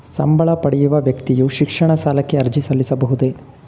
ಸಂಬಳ ಪಡೆಯುವ ವ್ಯಕ್ತಿಯು ಶಿಕ್ಷಣ ಸಾಲಕ್ಕೆ ಅರ್ಜಿ ಸಲ್ಲಿಸಬಹುದೇ?